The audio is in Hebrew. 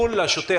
השוטף,